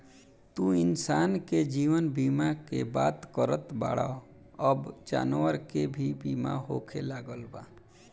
तू इंसान के जीवन बीमा के बात करत बाड़ऽ अब जानवर के भी बीमा होखे लागल बा